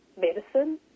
medicine